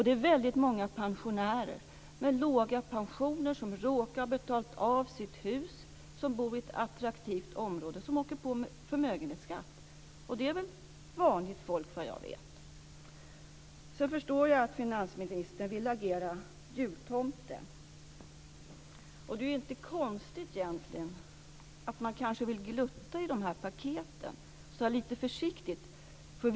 Det är väldigt många pensionärer med låga pensioner som råkar ha betalat av sitt hus och som bor i ett attraktivt område, och de åker på förmögenhetsskatt. Det är vanligt folk, såvitt jag vet. Jag förstår att finansministern vill agera jultomte. Det är ju inte konstigt att vi vill glutta lite försiktigt i paketen.